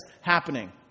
happening